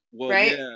Right